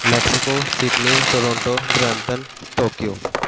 Mexico Sydney Toronto Brampton Tokyo